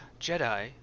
Jedi